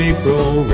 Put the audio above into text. April